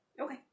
Okay